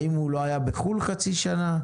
האם הוא לא היה בחוץ לארץ חצי שנה?